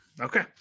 Okay